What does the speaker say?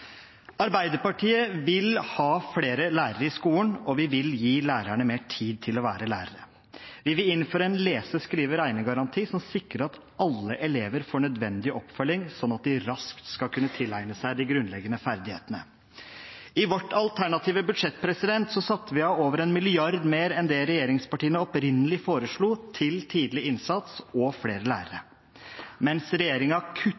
Arbeiderpartiet vil ha flere lærere i skolen, og vi vil gi lærerne mer tid til å være lærere. Vi vil innføre en «lese-, skrive-, regnegaranti» som sikrer at alle elever får nødvendig oppfølging, slik at de raskt skal kunne tilegne seg de grunnleggende ferdighetene. I vårt alternative budsjett satte vi av over 1 mrd. kr mer enn det regjeringspartiene opprinnelig foreslo, til tidlig innsats og flere